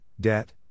debt